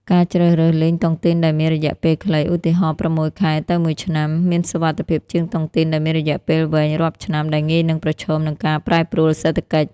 ការជ្រើសរើសលេងតុងទីនដែលមាន "រយៈពេលខ្លី" (ឧទាហរណ៍ ៦ ខែ ទៅ ១ ឆ្នាំ) មានសុវត្ថិភាពជាងតុងទីនដែលមានរយៈពេលវែងរាប់ឆ្នាំ ដែលងាយនឹងប្រឈមនឹងការប្រែប្រួលសេដ្ឋកិច្ច។